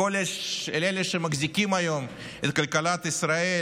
לכל אלה שמחזיקים היום את כלכלת ישראל,